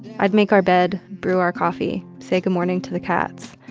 i'd make our bed, brew our coffee, say good morning to the cats.